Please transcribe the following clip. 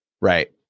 Right